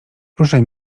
ruszaj